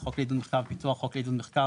"חוק לעידוד מחקר ופיתוח" - חוק לעידוד מחקר,